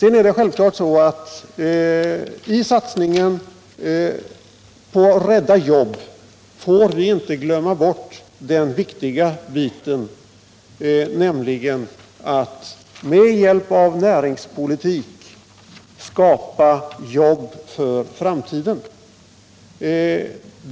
I satsningen på att rädda jobb får vi sedan självklart inte glömma bort den viktiga biten att med hjälp av näringspolitiken skapa jobb för framtiden.